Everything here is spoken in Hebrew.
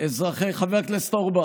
חבר הכנסת אורבך,